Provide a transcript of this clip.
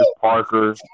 Parker